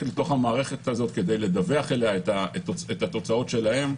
אל תוך המערכת הזאת כדי לדווח אליה את התוצאות שלהם.